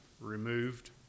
removed